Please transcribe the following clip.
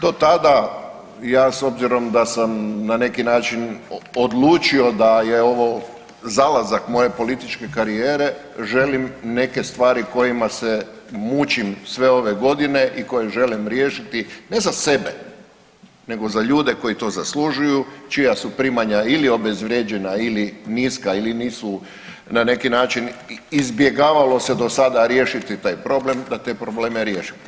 Do tada ja s obzirom da sam na neki način odlučio da je ovo zalazak moje političke karijere želim neke stvari kojima se mučim sve ove godine i koje želim riješiti, ne za sebe, nego za ljude koji to zaslužuju, čija su primanja ili obezvrijeđena ili niska ili nisu na neki način izbjegavalo se do sada riješiti taj problem, da te probleme riješim.